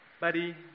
buddy